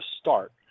start